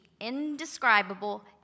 indescribable